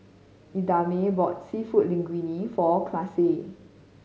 Idamae bought Seafood Linguine for Classie